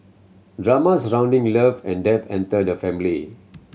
drama surrounding love and death enter the family